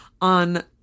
on